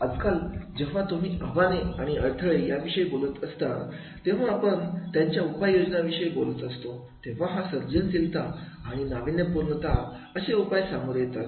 आज काल जेव्हा तुम्ही आव्हाने आणि अडथळे याविषयी बोलत असता जेव्हा आपण त्यांच्या उपाय योजना विषयी बोलत असतो तेव्हा हा सर्जनशीलता आणि आणि नाविन्यपूर्णता असे उपाय समोर येतात